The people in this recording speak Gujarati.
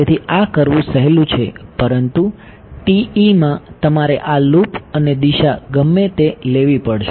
તેથી આ કરવું સહેલું છે પરંતુ TE માં તમારે આ લૂપ અને દિશા ગમે તે લેવી પડશે